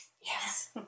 Yes